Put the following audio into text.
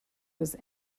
was